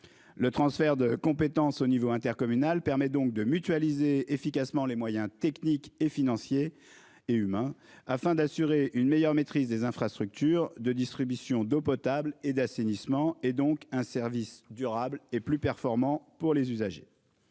Le transfert de compétences au niveau intercommunal permet donc de mutualiser efficacement les moyens techniques et financiers et humains afin d'assurer une meilleure maîtrise des infrastructures de distribution d'eau potable et d'assainissement, et donc un service durable et plus performant pour les usagers.